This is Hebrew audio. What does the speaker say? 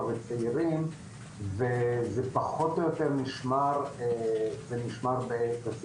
וצעירים וזה פחות או יותר נשמר בעת השיא,